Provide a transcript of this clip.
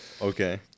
Okay